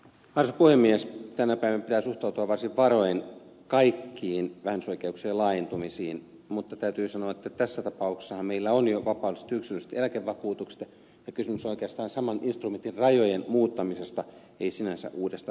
tänä päivänä pitää suhtautua varsin varoen kaikkiin vähennysoikeuksien laajentumisiin mutta täytyy sanoa että tässä tapauksessahan meillä on jo vapaaehtoiset yksityiset eläkevakuutukset ja kysymys on oikeastaan saman instrumentin rajojen muuttamisesta ei sinänsä uudesta vähennyksestä